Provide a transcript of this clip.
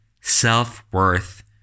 Self-worth